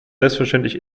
selbstverständlich